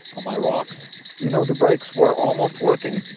on my rocks you know, the brakes were almost working,